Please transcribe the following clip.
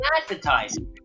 advertising